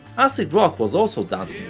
acid rock was also dance